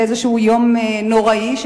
לאיזה יום נוראי,